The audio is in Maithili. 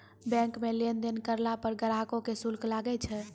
बैंक मे लेन देन करलो पर ग्राहक के शुल्क लागै छै